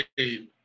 okay